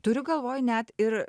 turiu galvoj net ir